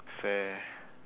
fair~